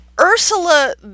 Ursula